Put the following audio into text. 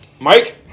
Mike